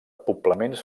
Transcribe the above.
poblaments